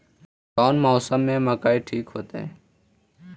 कौन मौसम में मकई ठिक होतइ?